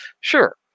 Sure